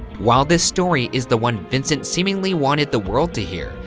while this story is the one vincent seemingly wanted the world to hear,